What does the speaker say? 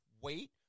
wait